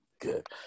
good